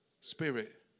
spirit